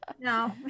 No